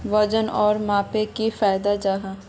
वजन आर मापनोत की फायदा जाहा?